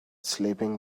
sleeping